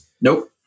Nope